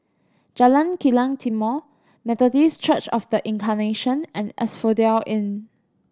Jalan Kilang Timor Methodist Church Of The Incarnation and Asphodel Inn